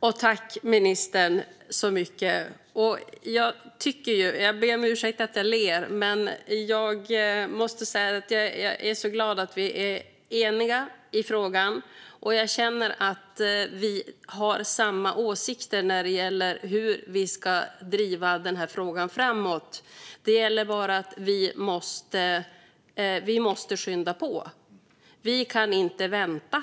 Jag tackar ministern så mycket. Jag ber om ursäkt för att jag ler, men jag måste säga att jag är så glad att vi är eniga i frågan. Jag känner att vi har samma åsikter när det gäller hur vi ska driva den här frågan framåt. Vi måste bara skynda på. Vi kan inte vänta.